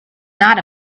not